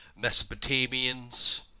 Mesopotamians